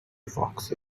foxy